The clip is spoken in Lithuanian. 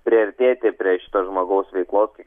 priartėti ir prie šito žmogaus veiklos kaip